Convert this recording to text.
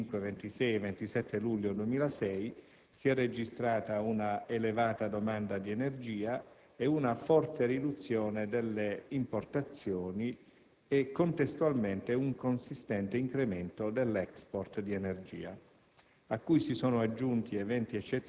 In Italia, nei giorni 25, 26 e 27 luglio 2006, si è registrata un'elevata domanda di energia, una forte riduzione delle importazioni e, contestualmente, un consistente incremento dell'*export* di energia,